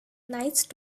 nice